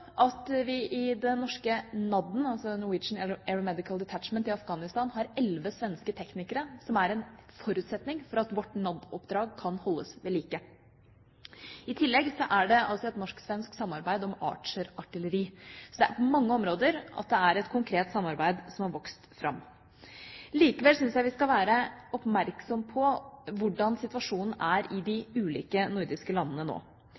uka. Vi vet også at vi i den norske NAD-en, altså Norwegian Aeromedical Detachment, i Afghanistan har elleve svenske teknikere, som er en forutsetning for at vårt NAD-oppdrag kan holdes ved like. I tillegg er det et norsk-svensk samarbeid om Archer-artilleri. Så det har på mange områder vokst fram et konkret samarbeid. Likevel syns jeg vi skal være oppmerksom på hvordan situasjonen er i de ulike nordiske landene nå.